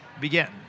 begin